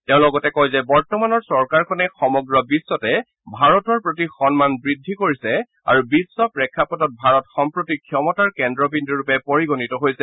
তেওঁ লগতে কয় যে বৰ্তমানৰ চৰকাৰখনে সমগ্ৰ বিশ্বতে ভাৰতৰ প্ৰতি সন্মান বৃদ্ধি কৰিছে আৰু বিশ্ব প্ৰেক্ষাপটত ভাৰত সম্প্ৰতি ক্ষমতাৰ কেন্দ্ৰবিন্দুৰূপে পৰিগণিত হৈছে